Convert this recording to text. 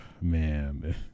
man